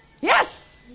yes